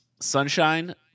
Sunshine